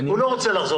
הוא לא רוצה לחזור